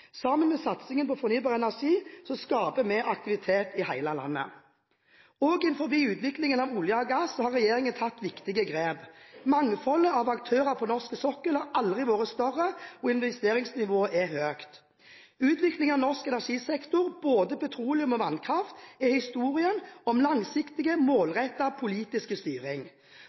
Sammen med satsingen på fornybar energi skaper vi aktivitet i hele landet. Også innen utviklingen av olje og gass har regjeringen tatt viktige grep. Mangfoldet av aktører på norsk sokkel har aldri vært større, og investeringsnivået er høyt. Utviklingen av norsk energisektor, både petroleum og vannkraft, er historien om langsiktig, målrettet politisk styring.